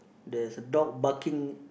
there's a dog barking